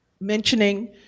mentioning